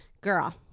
Girl